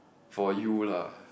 for you lah